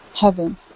heaven